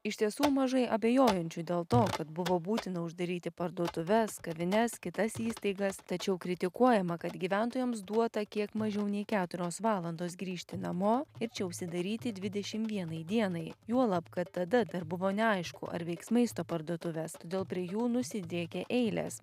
iš tiesų mažai abejojančių dėl to kad buvo būtina uždaryti parduotuves kavines kitas įstaigas tačiau kritikuojama kad gyventojams duota kiek mažiau nei keturios valandos grįžti namo ir čia užsidaryti dvidešim vienai dienai juolab kad tada dar buvo neaišku ar veiks maisto parduotuvės todėl prie jų nusidriekė eilės